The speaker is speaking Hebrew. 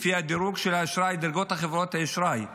לפי דירוג חברות האשראי,